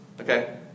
Okay